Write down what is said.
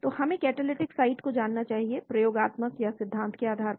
तो हमें catalytic site को जानना चाहिए प्रयोगात्मक या सिद्धांत के आधार पर